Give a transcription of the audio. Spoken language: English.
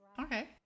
Okay